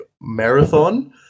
marathon